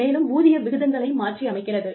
மேலும் ஊதிய விகிதங்களை மாற்றியமைக்கிறது